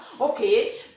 Okay